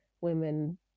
women